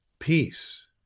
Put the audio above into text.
peace